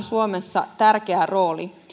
suomessa tärkeä rooli